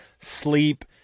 sleep